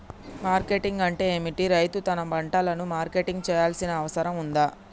Marketing అంటే ఏమిటి? రైతు తన పంటలకు మార్కెటింగ్ చేయాల్సిన అవసరం ఉందా?